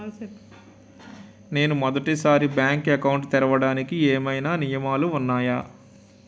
నేను మొదటి సారి బ్యాంక్ అకౌంట్ తెరవడానికి ఏమైనా నియమాలు వున్నాయా?